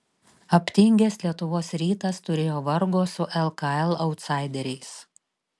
aptingęs lietuvos rytas turėjo vargo su lkl autsaideriais